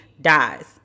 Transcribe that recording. dies